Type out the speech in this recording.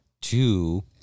Two